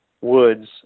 woods